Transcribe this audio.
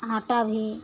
आटा भी